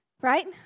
Right